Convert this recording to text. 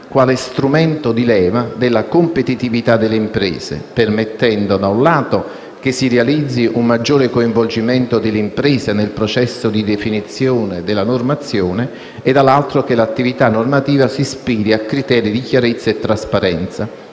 quale strumento di leva della competitività delle imprese, permettendo da un lato che si realizzi un maggiore coinvolgimento delle imprese stesse nel processo di definizione della normazione e dall'altro che l'attività normativa si ispiri a criteri di chiarezza e trasparenza